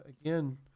again